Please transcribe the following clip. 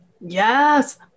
Yes